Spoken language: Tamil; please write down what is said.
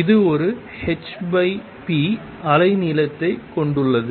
அது ஒரு hp அலைநீளத்தைக் கொண்டுள்ளது